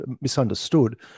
misunderstood